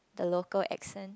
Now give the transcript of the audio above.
the local accent